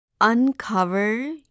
uncover